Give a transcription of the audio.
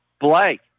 Blake